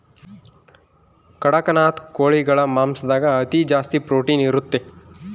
ಕಡಖ್ನಾಥ್ ಕೋಳಿಗಳ ಮಾಂಸದಾಗ ಅತಿ ಜಾಸ್ತಿ ಪ್ರೊಟೀನ್ ಇರುತ್ತೆ